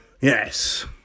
yes